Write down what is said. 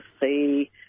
see